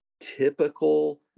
typical